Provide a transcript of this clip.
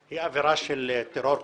היא אווירה של טרור פוליטי,